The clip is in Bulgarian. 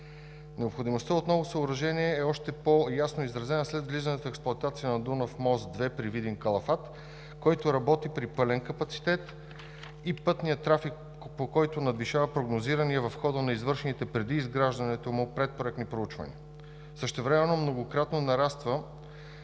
Необходимостта от ново съоръжение е още по-ясно изразена след влизането в експлоатация на Дунав мост – 2 при Видин – Калафат, който работи при пълен капацитет и пътният трафик надвишава прогнозирания в хода на извършените преди изграждането му предпроектни проучвания. Същевременно многократно нараства